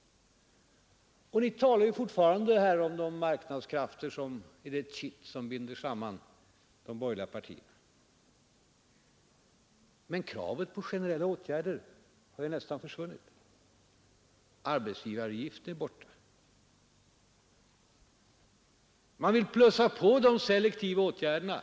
Ni talar fortfarande här om marknadskrafterna som det kitt som binder samman de borgerliga partierna. Men kravet på generella åtgärder har ju nästan försvunnit. Talet om arbetsgivaravgiften är borta. Man vill plussa på de selektiva åtgärderna.